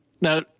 Now